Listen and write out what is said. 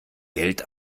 geld